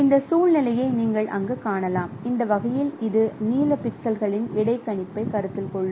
இந்த சூழ்நிலையை நீங்கள் அங்கு காணலாம் இந்த வகையில் இது நீல பிக்சல்களின் இடைக்கணிப்பைக் கருத்தில் கொள்ளும்